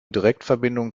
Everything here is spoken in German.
direktverbindung